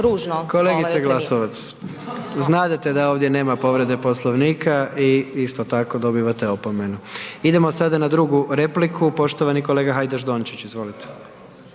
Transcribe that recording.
Kolegice Glasovac, znadete da ovdje nema povrede Poslovnika i vi isto tako dobivate opomenu. Idemo sada na drugu repliku poštovani kolega Hajdaš Dončić. Izvolite.